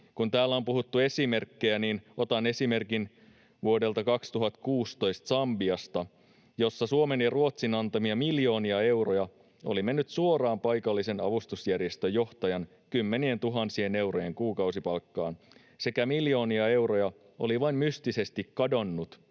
Kun täällä on puhuttu esimerkeistä, niin otan esimerkin vuodelta 2016 Sambiasta, missä Suomen ja Ruotsin antamia miljoonia euroja oli mennyt suoraan paikallisen avustusjärjestön johtajan kymmenientuhansien eurojen kuukausipalkkaan ja miljoonia euroja vain mystisesti kadonnut,